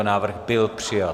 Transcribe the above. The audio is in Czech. Návrh byl přijat.